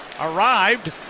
arrived